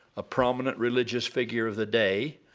a prominent religious figure of the day,